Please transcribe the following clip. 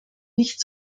nicht